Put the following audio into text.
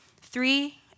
Three